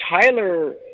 Tyler